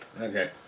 Okay